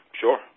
Sure